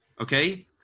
Okay